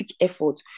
effort